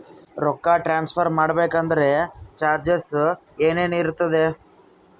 ರೊಕ್ಕ ಟ್ರಾನ್ಸ್ಫರ್ ಮಾಡಬೇಕೆಂದರೆ ಚಾರ್ಜಸ್ ಏನೇನಿರುತ್ತದೆ?